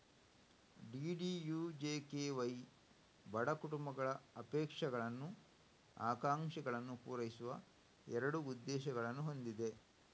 DDUJKY ಬಡ ಕುಟುಂಬಗಳ ಅಪೇಕ್ಷಗಳನ್ನು, ಆಕಾಂಕ್ಷೆಗಳನ್ನು ಪೂರೈಸುವ ಎರಡು ಉದ್ದೇಶಗಳನ್ನು ಹೊಂದಿದೆ